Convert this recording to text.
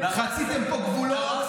חציתם פה גבולות,